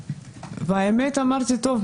והאמת שאמרתי טוב,